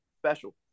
special